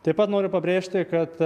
taip pat noriu pabrėžti kad